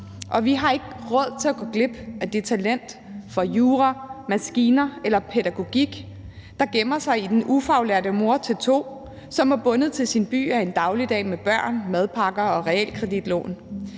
og vi har ikke råd til at gå glip af det talent – det kan være for jura, maskiner eller pædagogik – der gemmer sig i den ufaglærte mor til to, som er bundet til sin by af en dagligdag med børn, madpakker og realkreditlån,